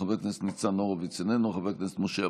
חבר הכנסת צבי האוזר,